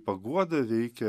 paguoda veikia